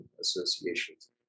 associations